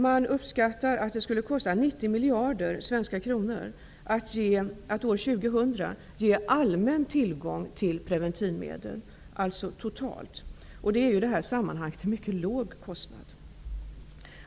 Man uppskattar att det totalt skulle kosta 90 miljarder svenska kronor att år 2000 ge allmän tillgång till preventivmedel. Det är i det här sammanhanget en mycket låg kostnad.